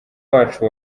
wacu